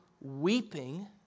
weeping